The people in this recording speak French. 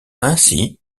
ainsi